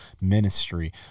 Ministry